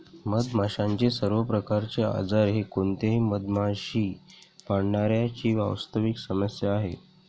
मधमाशांचे सर्व प्रकारचे आजार हे कोणत्याही मधमाशी पाळणाऱ्या ची वास्तविक समस्या आहे